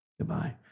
goodbye